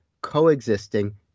coexisting